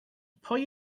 pwy